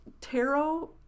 tarot